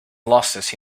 losses